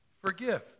Forgive